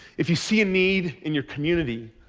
if you see a need in your community,